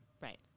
Right